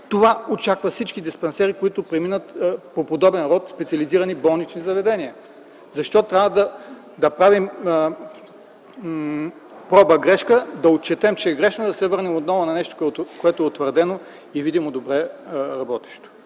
Това очаква всички диспансери, които преминат в подобен род специализирани болнични заведения. Защо трябва да правим проба–грешка, да отчетем, че е грешно и да се върнем отново на нещо, което е утвърдено и видимо добре работещо?